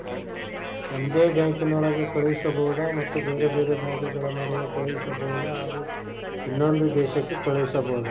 ಒಂದೇ ಬ್ಯಾಂಕಿನೊಳಗೆ ಕಳಿಸಬಹುದಾ ಮತ್ತು ಬೇರೆ ಬೇರೆ ಬ್ಯಾಂಕುಗಳ ನಡುವೆ ಕಳಿಸಬಹುದಾ ಹಾಗೂ ಇನ್ನೊಂದು ದೇಶಕ್ಕೆ ಕಳಿಸಬಹುದಾ?